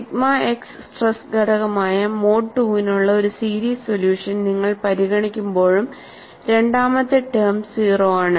sigma x stress ഘടകമായ mode II നുള്ള ഒരു സീരീസ് സൊല്യൂഷൻ നിങ്ങൾ പരിഗണിക്കുമ്പോഴും രണ്ടാമത്തെ ടേം 0 ആണ്